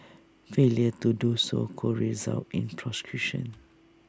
failure to do so could result in prosecution